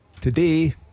Today